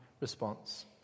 response